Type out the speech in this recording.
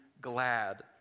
glad